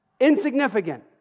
Insignificant